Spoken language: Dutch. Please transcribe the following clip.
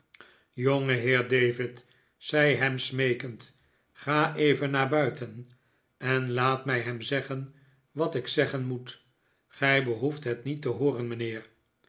jongeheer david zei ham smeekend ga even naar buiten en laat mij hem zeggen wat ik zeggen moet gij behoeft het niet te hooren mijnheer